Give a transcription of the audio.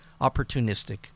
opportunistic